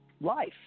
Life